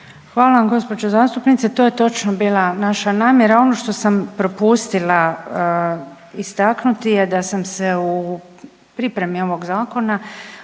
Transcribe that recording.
Hvala gospođo zastupnice. To je točno bila naša namjera. Ono što sam propustila istaknuti je da sam se u pripremi ovog zakona,